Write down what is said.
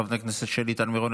חברת הכנסת שלי טל מירון,